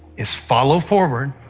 is follow forward,